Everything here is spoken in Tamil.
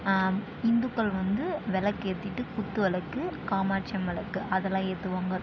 இந்துக்கள் வந்து விளக்கேற்றிட்டு குத்து விளக்கு காமாட்சி அம்மன் விளக்கு அதெல்லாம் ஏற்றுவாங்க